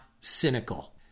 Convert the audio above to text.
cynical